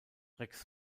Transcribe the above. rex